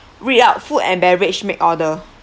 read out food and beverage make order